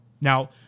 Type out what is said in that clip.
Now